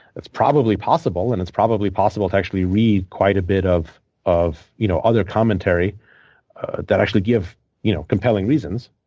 that's probably possible. and it's probably possible to actually read quite a bit of of you know other commentary that actually give you know compelling reasons,